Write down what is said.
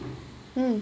mm